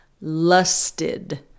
lusted